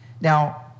Now